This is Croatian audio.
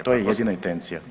To je jedina intencija.